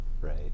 right